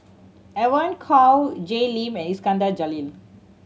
Evon Kow Jay Lim and Iskandar Jalil